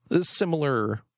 similar